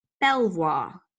Belvoir